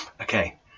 Okay